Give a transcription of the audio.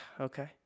okay